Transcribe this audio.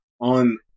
On